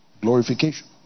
Glorification